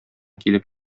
килеп